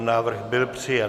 Návrh byl přijat.